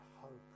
hope